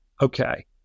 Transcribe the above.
okay